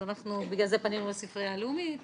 בגלל זה פנינו לספרייה הלאומית,